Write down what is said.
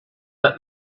that